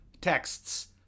texts